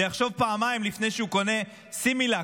ויחשוב פעמיים לפני שהוא קונה סימילק